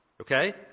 Okay